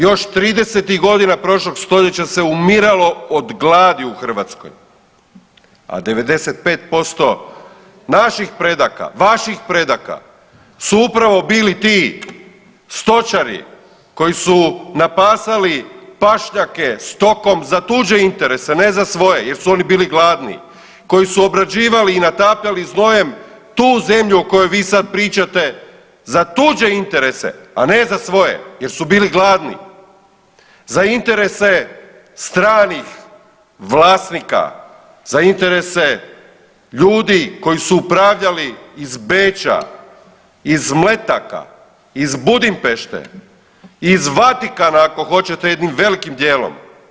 Još '30.-tih godina prošlog stoljeća se umiralo od gladi u Hrvatskoj, a 95% naših predaka, vaših predaka su upravo bili ti stočari koji su napasali pašnjake stokom za tuđe interese, ne za svoje jer su oni bili gladni, koji su obrađivali i natapljali znojem tu zemlju o kojoj vi sad pričate za tuđe interese, a ne za svoje jer su bili gladni, za interese stranih vlasnika, za interese ljudi koji su upravljali iz Beča, iz Mletaka, iz Budimpešte, iz Vatikana ako hoćete jednim velikim dijelom.